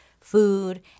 food